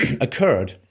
occurred